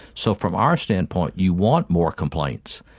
so from our standpoint you want more complaints,